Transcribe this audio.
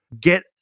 Get